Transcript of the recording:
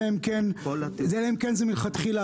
אלא אם כן זה היה מלכתחילה.